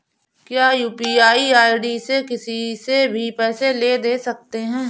क्या UPI ID से किसी से भी पैसे ले दे सकते हैं?